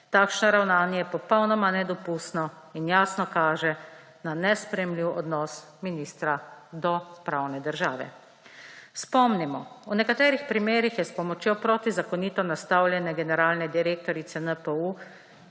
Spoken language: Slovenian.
Takšno ravnanje je popolnoma nedopustno in jasno kaže na nesprejemljiv odnos ministra do pravne države. Spomnimo, v nekaterih primerih je s pomočjo protizakonito nastavljene generalne direktorice NPU